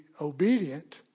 obedient